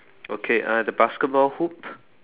okay uh the basketball hoop